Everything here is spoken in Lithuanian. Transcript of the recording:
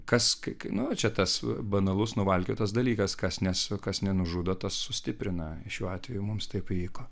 kas kai kai nu čia tas banalus nuvalkiotas dalykas kas nes kas nenužudo tas sustiprina šiuo atveju mums ta vyko